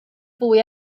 fwy